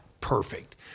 perfect